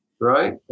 right